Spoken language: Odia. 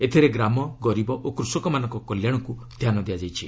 ଏଥିରେ ଗ୍ରାମ ଗରିବ ଓ କୃଷକମାନଙ୍କ କଲ୍ୟାଣକୁ ଧ୍ୟାନ ଦିଆଯାଇଛି